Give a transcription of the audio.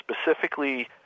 specifically